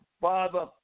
Father